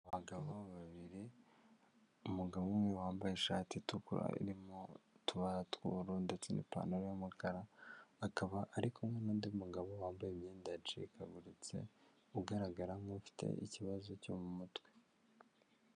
Abagabo babiri, umugabo umwe wambaye ishati itukura irimo utubara tw'ubururu ndetse n'ipantaro y'umukara, akaba ari kumwe n'undi mugabo wambaye imyenda yacikaguritse ugaragara nk'ufite ikibazo cyo mu mutwe.